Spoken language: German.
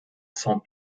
saint